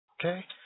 Okay